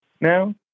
now